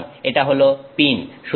সুতরাং এটা হল পিন